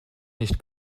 nicht